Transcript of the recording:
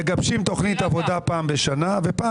מגבשים תכנית עבודה פעם בשנה ופעם